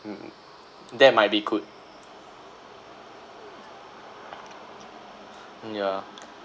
mm that might be good yeah